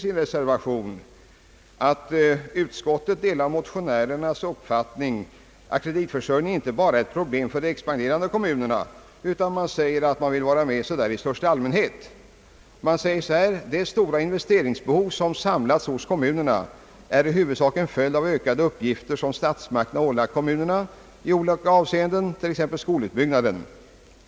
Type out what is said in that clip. I reservationen sägs att man delar motionärernas uppfattning att kreditförsörjningen inte bara är ett problem för de expanderande kommunerna — man vill vara med så där i största allmänhet. Och det heter längre fram i reservationen: »Det stora investeringsbehov, som samlats hos kommunerna, är i huvudsak en följd av de ökade uppgifter som statsmakterna ålagt kommunerna i olika avseenden, t.ex. skolutbyggnaden.